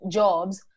jobs